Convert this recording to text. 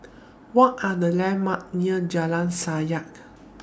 What Are The Landmark near Jalan Sajak